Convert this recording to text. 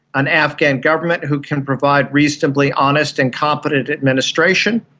an afghan government who can provide reasonably honest and competent administration,